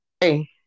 hey